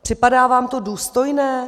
Připadá vám to důstojné?